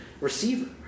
receiver